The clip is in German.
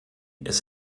ist